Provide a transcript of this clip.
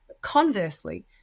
Conversely